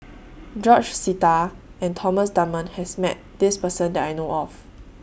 George Sita and Thomas Dunman has Met This Person that I know of